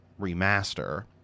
remaster